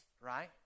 right